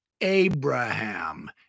Abraham